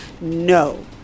No